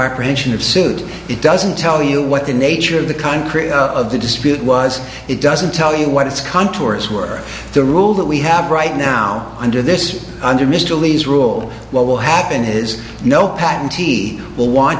apprehension of suit it doesn't tell you what the nature of the concrete of the dispute was it doesn't tell you what its contours were the rule that we have right now under this under mr lee's rule what will happen is no patent will want